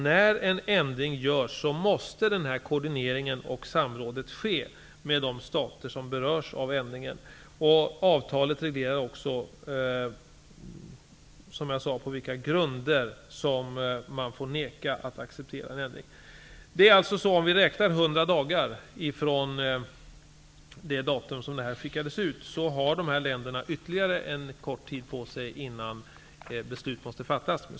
När en ändring görs måste den här koordineringen och det här samrådet ske med de stater som berörs av ändringen, och avtalet reglerar som jag sade också på vilka grunder man får vägra till att acceptera en ändring. Om vi räknar hundra dagar framåt från det datum då koordineringsförfrågan skickades ut ser vi alltså att de här länderna har ytterligare en kort tid på sig innan ett beslut måste fattas.